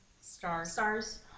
stars